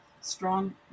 strong